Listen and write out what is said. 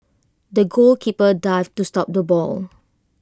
the goalkeeper dived to stop the ball